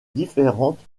différente